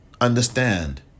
understand